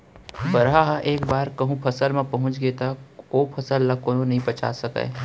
बरहा ह एक बार कहूँ फसल म पहुंच गे त ओ फसल ल कोनो नइ बचा सकय